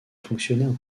fonctionnaire